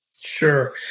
Sure